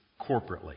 corporately